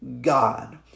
God